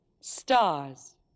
Stars